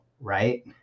right